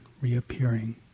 reappearing